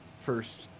First